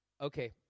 Okay